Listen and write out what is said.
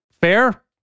fair